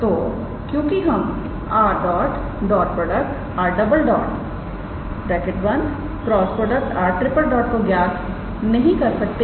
तो क्योंकि हम 𝑟̇ 𝑟̈ × 𝑟⃛ को ज्ञात नहीं कर सकते